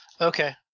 Okay